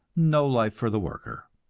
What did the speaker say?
no life for the worker.